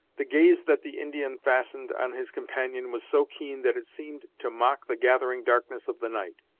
the gaze that the indian fastened on his companion was so keen that it seemed to mock the gathering darkness of the night.